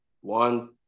one